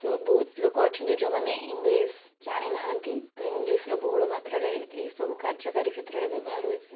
ତ ବହୁତ ଲୋକ ଅଛନ୍ତି ଯେଉଁମାନେ ଇଂଲିଶ ଜାଣି ନାହାଁନ୍ତି ତ ଇଂଲିଶର ବହୁଳ ମାତ୍ରାରେ ଏଇସବୁ କାର୍ଯ୍ୟକାରୀ କ୍ଷେତ୍ରରେ ବ୍ୟବହାର ହୋଇଥାଏ